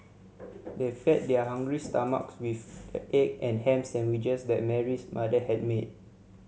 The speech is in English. they fed their hungry stomachs with the egg and ham sandwiches that Mary's mother had made